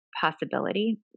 possibility